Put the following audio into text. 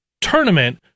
tournament